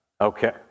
Okay